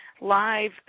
live